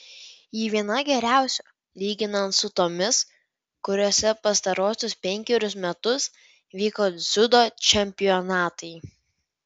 ji viena geriausių lyginant su tomis kuriose pastaruosius penkerius metus vyko dziudo čempionatai